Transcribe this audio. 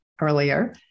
earlier